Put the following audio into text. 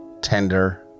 tender